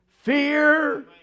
fear